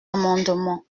amendement